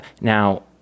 Now